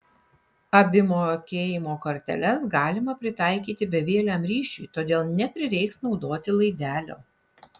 abi mokėjimo korteles galima pritaikyti bevieliam ryšiui todėl neprireiks naudoti laidelio